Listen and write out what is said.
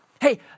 hey